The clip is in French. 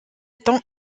tend